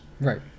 Right